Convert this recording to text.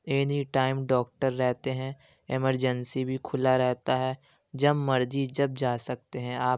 any time doctor رہتے ہیں emergency بھی کھلا رہتا ہے جب مرجی جب جا سکتے ہیں آپ